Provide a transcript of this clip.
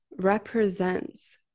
Represents